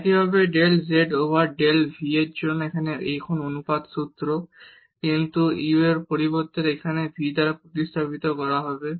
একইভাবে del z over del v এর জন্য এখন অনুরূপ সূত্র কিন্তু u এর পরিবর্তে এটি v দ্বারা প্রতিস্থাপিত হবে